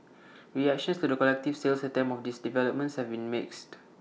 reactions to the collective sales attempt of these developments have been mixed